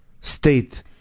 state